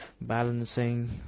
balancing